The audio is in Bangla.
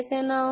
nm